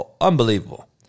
unbelievable